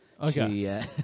Okay